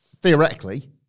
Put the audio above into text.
theoretically